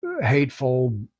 hateful